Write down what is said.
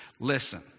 listen